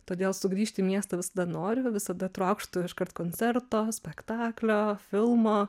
todėl sugrįžt į miestą visada noriu visada trokštu iškart koncerto spektaklio filmo